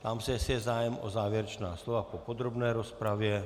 Ptám se, jestli je zájem o závěrečná slova po podrobné rozpravě.